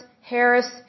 Harris